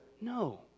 No